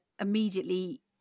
immediately